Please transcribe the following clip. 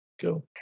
Go